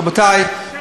רבותי,